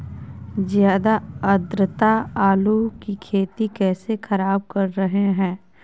ज्यादा आद्रता आलू की खेती कैसे खराब कर रहे हैं?